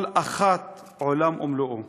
כל אחת עולם ומלואו,